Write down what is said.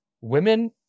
women